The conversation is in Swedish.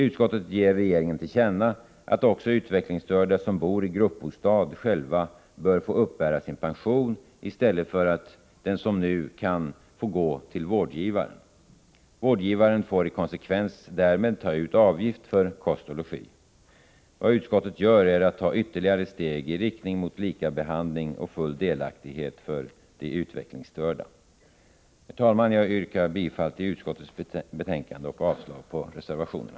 Utskottet ger regeringen till känna, att också utvecklingsstörda som bor i gruppbostad själva bör få uppbära sin pension i stället för att den, som nu, går till vårdgivaren. Vårdgivaren får i konsekvens därmed ta ut avgift för kost och logi. Vad utskottet gör är att ta ytterligare steg i riktning mot likabehandling och full delaktighet för de utvecklingsstörda. Herr talman! Jag yrkar bifall till utskottets hemställan i betänkandet och avslag på reservationerna.